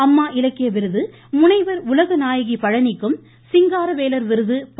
அம்மா இலக்கிய விருது முனைவர் உலக நாயகி பழனிக்கும் சிங்காரவேலர் விருது ப